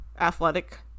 athletic